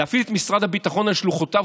להפעיל את משרד הביטחון על שלוחותיו,